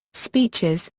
speeches,